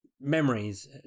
memories